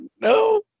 no